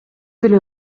тили